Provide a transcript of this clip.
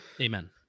Amen